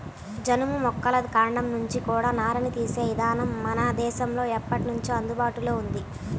జనుము మొక్కల కాండం నుంచి కూడా నారని తీసే ఇదానం మన దేశంలో ఎప్పట్నుంచో అందుబాటులో ఉంది